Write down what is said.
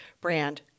brand